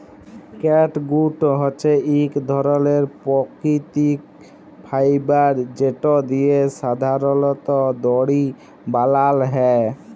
catgut হছে ইক ধরলের পাকিতিক ফাইবার যেট দিঁয়ে সাধারলত দড়ি বালাল হ্যয়